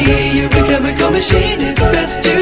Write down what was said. a chemical machine it's best